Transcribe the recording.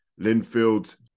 Linfield